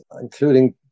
including